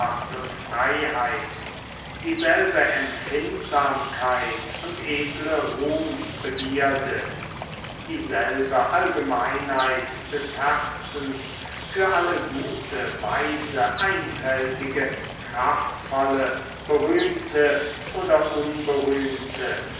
und freiheit dieselbe empfindsamkeit und edle ruhmbegierde dieselbe allgemeinheit des herzens für alle gute weise einfältige kraftvolle berühmte oder unberühmte